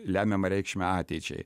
lemiamą reikšmę ateičiai